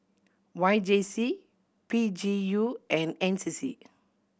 Y J C P G U and N C C